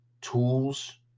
tools